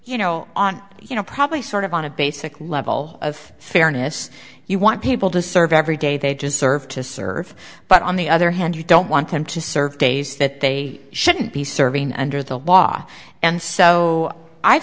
you know on you know probably sort of on a basic level of fairness you want people to serve every day they just serve to serve but on the other hand you don't want them to serve days that they shouldn't be serving under the law and so i